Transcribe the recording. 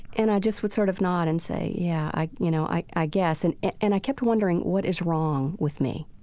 and i just would sort of nod and say, yeah, i you know, i i guess and and i kept wondering what is wrong with me?